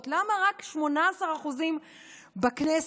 למה רק 18% בכנסת?